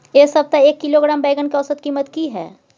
ऐ सप्ताह एक किलोग्राम बैंगन के औसत कीमत कि हय?